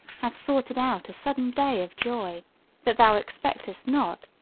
hath sorted out a sudden day of joy that thou expect'st not,